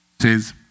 says